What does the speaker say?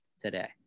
today